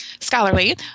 scholarly